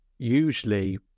Usually